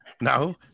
No